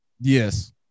Yes